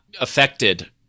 affected